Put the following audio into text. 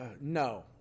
No